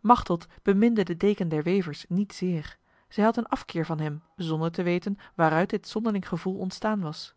machteld beminde de deken der wevers niet zeer zij had een afkeer van hem zonder te weten waaruit dit zonderling gevoel ontstaan was